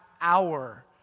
hour